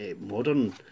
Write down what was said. modern